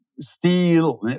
Steel